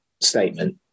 statement